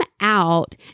out